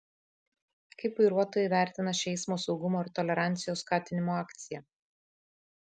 kaip vairuotojai vertina šią eismo saugumo ir tolerancijos skatinimo akciją